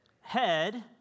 Head